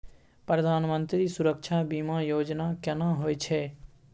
प्रधानमंत्री सुरक्षा बीमा योजना केना होय छै?